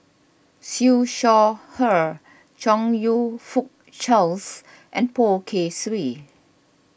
Siew Shaw Her Chong You Fook Charles and Poh Kay Swee